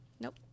Nope